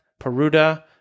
Peruda